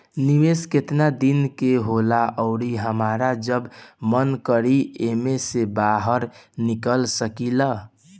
निवेस केतना दिन के होला अउर हमार जब मन करि एमे से बहार निकल सकिला?